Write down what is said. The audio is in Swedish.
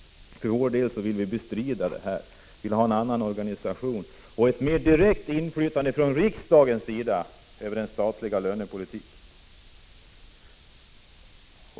För vår del vill vi motsätta oss detta. Vi vill ha en annan organisation och ett mer direkt inflytande från riksdagens sida över den statliga lönepolitiken.